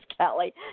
Kelly